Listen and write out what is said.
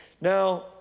Now